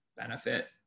benefit